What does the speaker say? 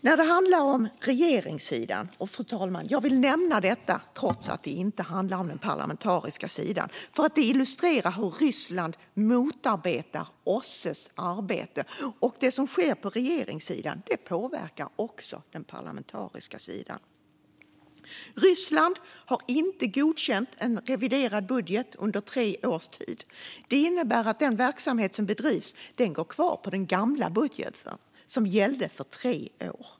Fru talman! Jag vill nämna detta trots att det inte handlar om den parlamentariska sidan. Det illustrerar hur Ryssland motarbetar OSSE:s arbete. Det som sker på regeringssidan påverkar också den parlamentariska sidan. Ryssland har inte godkänt en reviderad budget under tre års tid. Det innebär att den verksamhet som bedrivs går kvar på den gamla budgeten som gällde för tre år.